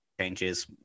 changes